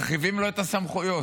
מרחיבים לו את הסמכויות.